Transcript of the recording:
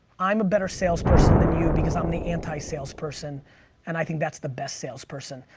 i'm a better salesperson than you because i'm the anti-salesperson and i think that's the best salesperson.